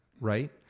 right